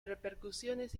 repercusiones